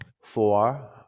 Four